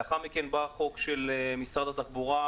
לאחר מכן בא החוק של משרד התחבורה,